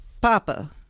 Papa